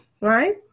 right